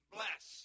Bless